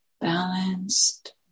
balanced